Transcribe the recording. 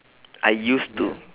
I used to